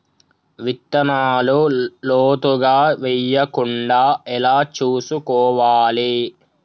విత్తనాలు లోతుగా వెయ్యకుండా ఎలా చూసుకోవాలి?